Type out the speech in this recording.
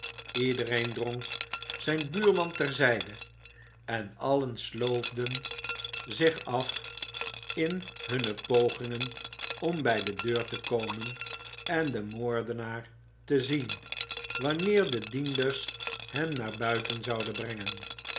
iedereen drong zijn buurman ter zijde en allen sloofden zich af in hunne pogingen om bij de deur te komen en den moordenaar te zien wanneer de dienders hem naar buiten zouden brengen